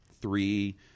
three